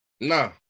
No